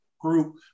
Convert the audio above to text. group